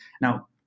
Now